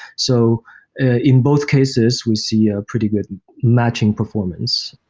so in both cases, we see a pretty good matching performance.